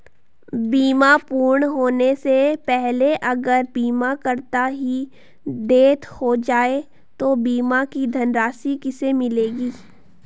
बीमा पूर्ण होने से पहले अगर बीमा करता की डेथ हो जाए तो बीमा की धनराशि किसे मिलेगी?